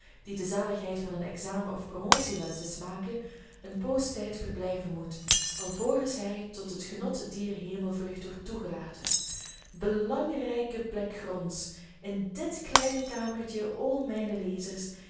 die de zaligheid van een examen of promotie wenscht te smaken een poostijd verblijven moet alvorens hij tot het genot dier hemelvreugd wordt toegelaten belangrijke plek gronds in dit kleine kamertje o mijne lezers